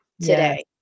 today